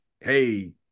hey